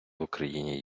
україні